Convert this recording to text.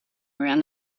around